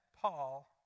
Paul